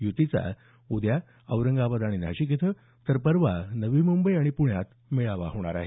युतीचा उद्या औरंगाबाद आणि नाशिक इथं तर परवा नवी मुंबई आणि प्ण्यात मेळावा होणार आहे